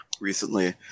recently